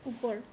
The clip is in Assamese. ওপৰ